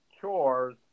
chores